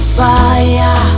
fire